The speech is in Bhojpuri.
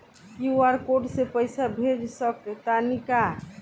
क्यू.आर कोड से पईसा भेज सक तानी का?